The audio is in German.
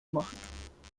machen